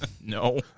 no